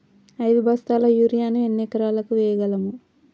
ఐదు బస్తాల యూరియా ను ఎన్ని ఎకరాలకు వేయగలము?